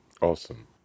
Awesome